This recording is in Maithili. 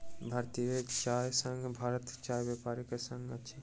भारतीय चाय संघ भारतक चाय व्यापारी के संग अछि